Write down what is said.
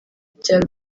byaro